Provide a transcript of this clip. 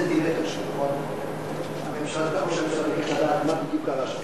ביקש לדעת מה בדיוק קרה שם,